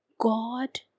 God